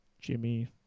Jimmy